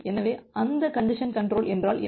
எனவே அந்த congestion control என்றால் என்ன